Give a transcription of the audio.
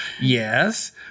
Yes